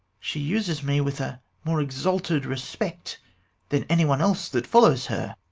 she uses me with a more exalted respect than any one else that follows her.